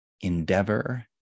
endeavor